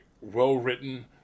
well-written